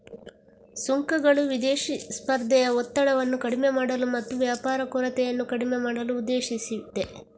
ಸುಂಕಗಳು ವಿದೇಶಿ ಸ್ಪರ್ಧೆಯ ಒತ್ತಡವನ್ನು ಕಡಿಮೆ ಮಾಡಲು ಮತ್ತು ವ್ಯಾಪಾರ ಕೊರತೆಯನ್ನು ಕಡಿಮೆ ಮಾಡಲು ಉದ್ದೇಶಿಸಿದೆ